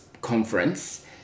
conference